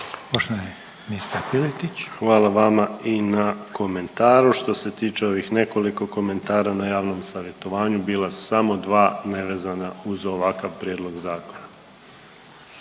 **Piletić, Marin (HDZ)** Hvala vama i na komentaru. Što se tiče ovih nekoliko komentara na javnom savjetovanju bila su samo 2 nevezana uz ovakav prijedlog zakona.